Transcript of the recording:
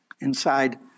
inside